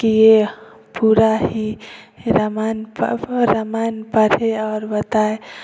किए पूरा ही रामायण पापा रामायण पढ़े और बताए